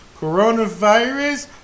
coronavirus